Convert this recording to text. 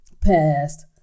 past